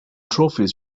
trophies